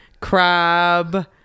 crab